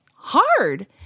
Hard